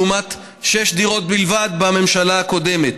לעומת שש דירות בלבד בממשלה הקודמת,